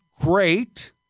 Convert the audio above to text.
great